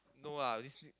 no lah this week